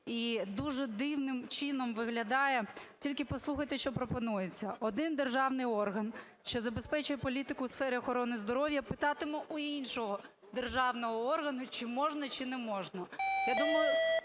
дуже дивним чином виглядає. Тільки послухайте, що пропонується. Один державний орган, що забезпечує політику у сфері охорони здоров'я, питатиме в іншого державного органу, чи можна, чи не можна.